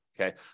Okay